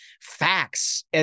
facts